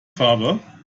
farbe